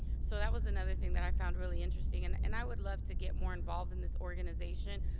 so that was another thing that i found really interesting. and and i would love to get more involved in this organization,